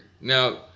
Now